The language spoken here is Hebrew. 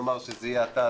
נאמר שזה יהיה אתה,